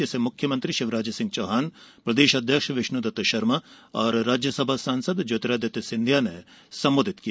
जिसे मुख्यमंत्री शिवराज सिंह चौहान प्रदेश अध्यक्ष विष्णुदत्त शर्मा और राज्यसभा सांसद ज्योतिरादित्य सिंधिया ने संबोधित किया